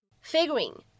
figuring